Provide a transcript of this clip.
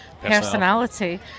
personality